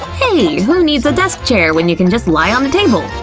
hey, who needs a desk chair when you can just lie on the table?